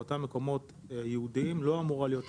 באותם מקומות ייעודיים לא אמורה להיות אכיפה,